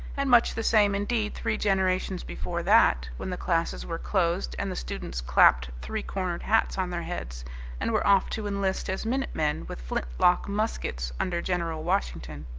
and much the same, indeed, three generations before that, when the classes were closed and the students clapped three-cornered hats on their heads and were off to enlist as minute men with flintlock muskets under general washington.